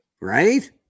Right